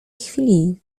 chwili